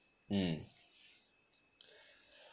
mm